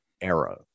era